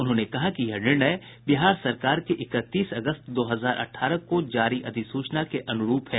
उन्होंने कहा कि यह निर्णय बिहार सरकार के इकतीस अगस्त दो हजार अठारह को जारी अधिसूचना के अनुरूप किया गया है